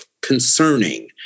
concerning